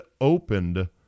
opened